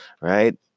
right